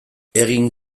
egin